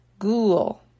Google